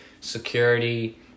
security